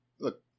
Look